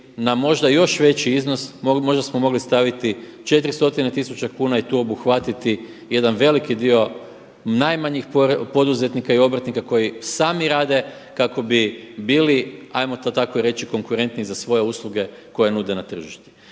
na možda još veći iznos, možda smo mogli staviti 4 stotine tisuća kuna i tu obuhvatiti jedan veliki dio najmanjih poduzetnika i obrtnika koji sami rade kako bi bili hajmo to tako reći konkurentniji za svoje usluge koje nude na tržištu.